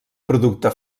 producte